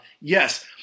yes